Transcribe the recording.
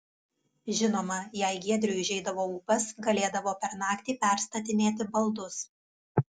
žinoma jei giedriui užeidavo ūpas galėdavo per naktį perstatinėti baldus